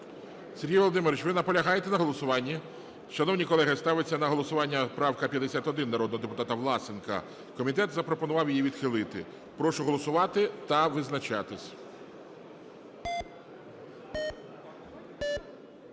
Сергій Володимирович, ви наполягаєте на голосуванні? Шановні колеги, ставиться на голосування правка 51 народного депутата Власенка. Комітет запропонував її відхилити. Прошу голосувати та визначатися.